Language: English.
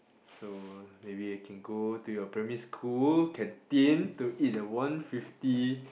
so maybe we can go to your primary school canteen to eat that one fifty